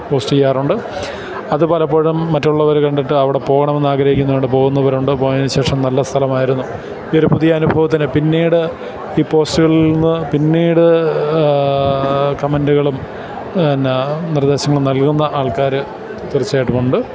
post ചെയ്യാറുണ്ട് അതു പലപ്പോഴും മറ്റുള്ളവര് കണ്ടിട്ട് അവിടെ പോകണമെന്ന് ആഗ്രഹിക്കുന്നുണ്ട് പോകുന്നവരുണ്ട് പോയതിനുശേഷം നല്ല സ്ഥലമായിരുന്നു ഈ ഒരു പുതിയ അനുഭവത്തിനു പിന്നീട് ഈ പോസ്റ്റുകളിൽ നിന്നു പിന്നീട് കമെന്റുകളും എന്നാ നിർദേശങ്ങളും നൽകുന്ന ആൾക്കാര് തീർച്ചയായിട്ടുമുണ്ട്